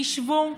תשבו,